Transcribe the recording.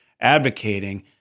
advocating